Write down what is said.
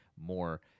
more